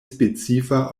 specifa